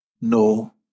no